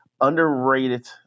underrated